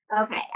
Okay